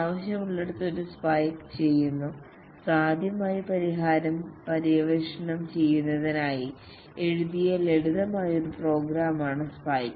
ആവശ്യമുള്ളിടത്ത് ഒരു സ്പൈക്ക് ചെയ്യുന്നു സാധ്യമായ പരിഹാരം പര്യവേക്ഷണം ചെയ്യുന്നതിനായി എഴുതിയ ലളിതമായ ഒരു പ്രോഗ്രാമാണ് സ്പൈക്ക്